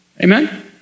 Amen